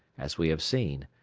as we have seen,